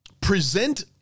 present